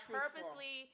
purposely